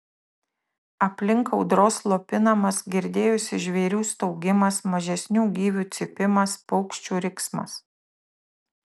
aplink audros slopinamas girdėjosi žvėrių staugimas mažesnių gyvių cypimas paukščių riksmas